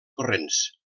corrents